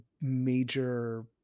major